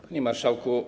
Panie Marszałku!